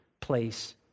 place